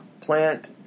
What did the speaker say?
plant